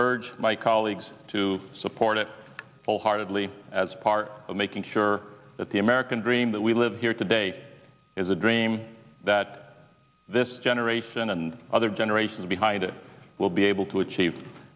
urge my colleagues to support it wholeheartedly as part of making sure that the american dream that we live here today is a dream that this generates and other generations behind it will be able to achieve